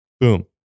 Boom